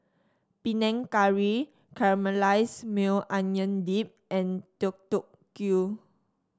Panang Curry Caramelized Maui Onion Dip and Deodeok Gui